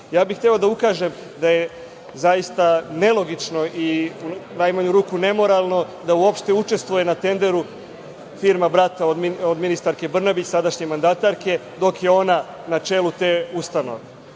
bih da ukažem da je zaista nelogično i, u najmanju ruku, nemoralno da uopšte učestvuje na tenderu firma brata ministarke Brnabić, sadašnje mandatarke, dok je ona na čelu te ustanove.